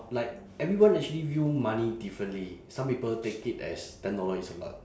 like everyone actually view money differently some people take it as ten dollar is a lot